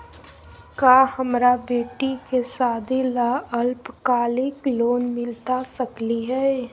का हमरा बेटी के सादी ला अल्पकालिक लोन मिलता सकली हई?